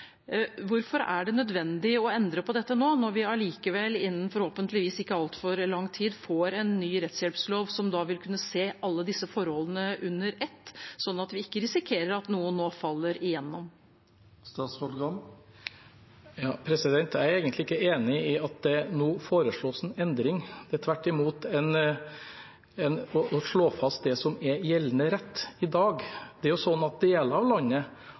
Hvorfor er det nødvendig å endre på dette nå, når vi allikevel innen forhåpentligvis ikke altfor lang tid får en ny rettshjelpslov som vil kunne se alle disse forholdene under ett, slik at vi ikke risikerer at noen nå faller igjennom? Jeg er egentlig ikke enig i at det nå foreslås en endring. Det er tvert imot å slå fast det som er gjeldende rett i dag. Det er jo slik at deler av landet